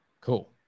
Cool